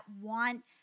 want